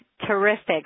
terrific